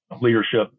leadership